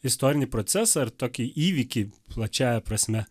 istorinį procesą ir tokį įvykį plačiąja prasme